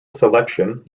selection